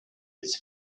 his